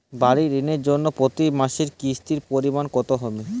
বাড়ীর ঋণের জন্য প্রতি মাসের কিস্তির পরিমাণ কত হবে?